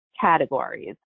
categories